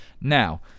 Now